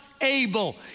able